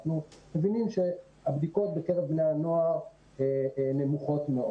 אנחנו מבינים שהבדיקות בקרב בני הנוער נמוכות מאוד.